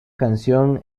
canción